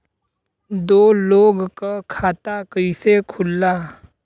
दो लोगक खाता कइसे खुल्ला?